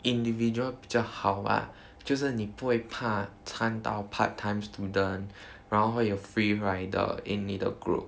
individual 比较好 ah 就算你不会怕参到 part-time student 然后会有 free rider in 你的 group